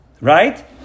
right